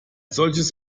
solches